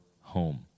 home